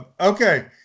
okay